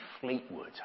Fleetwood